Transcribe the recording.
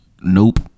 Nope